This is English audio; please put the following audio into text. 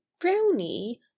Brownie